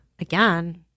again